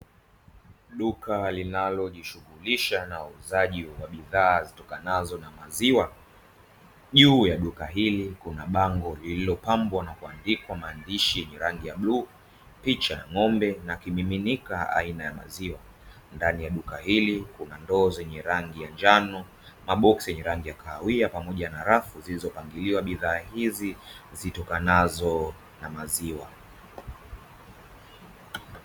Duka linalijishughulisha na uuzaji wa bidhaa zitokanazo na maziwa. Juu ya duka hili kuna bango lililopambwa na kuandikwa maandishi yenye rangi ya bluu, picha ya ng'ombe na kimiminika aina ya maziuwa. Ndani ya duka hili kuna ndoo zenye rangi ya njano, maboksi rangi ya kahawia pamoja na rafu zilizopangiliwa bidhaa hizi zitokanazo maziwa.